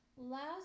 Last